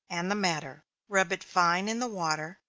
and the madder rub it fine in the water,